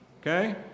okay